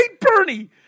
Bernie